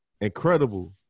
incredible